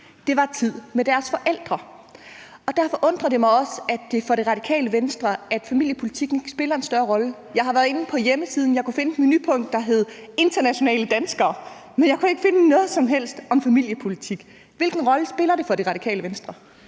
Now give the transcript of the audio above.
var tid med deres forældre. Derfor undrer det mig også, at familiepolitikken for Radikale Venstre ikke spiller en større rolle. Jeg har været inde på jeres hjemmeside, hvor jeg kunne finde et menupunkt, der hed internationale danskere, men jeg kunne ikke finde noget som helst om familiepolitik. Hvilken rolle spiller det for Radikale Venstre?